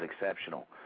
exceptional